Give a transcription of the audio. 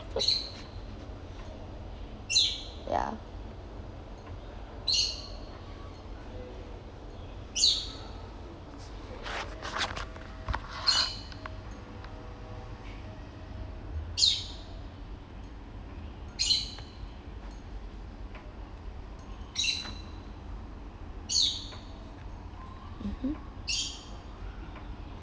ya mmhmm